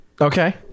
Okay